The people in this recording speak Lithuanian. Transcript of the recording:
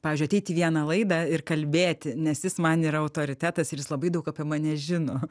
pavyzdžiui ateit į vieną laidą ir kalbėti nes jis man yra autoritetas ir jis labai daug apie mane žino